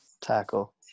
tackle